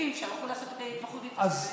רופאים שהלכו לעשות התמחות בפסיכיאטריה.